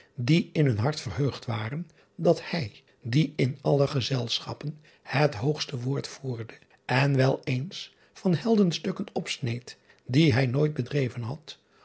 die in hun hart verheugd waren dat hij die in alle gezelschappen het hoogste woord voerde en weleens van heldenstukken opsneed die hij nooit bedreven had